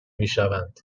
میشوند